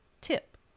tip